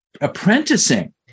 apprenticing